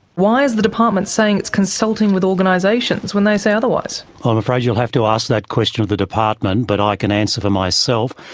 why is the department saying it's consulting with organisations when they say otherwise? i'm afraid you'll have to ask that question of the department, but i can answer for myself,